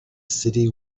city